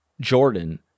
Jordan